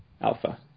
Alpha